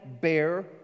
bear